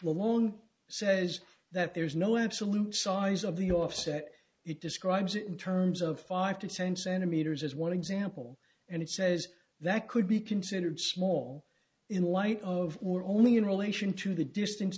alone says that there is no absolute size of the offset it describes in terms of five to ten centimeters as one example and it says that could be considered small in light of or only in relation to the distance